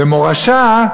ו"מורשה",